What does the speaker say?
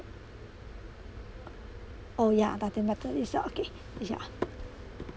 oh ya the thing data is that okay ya